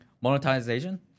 Monetization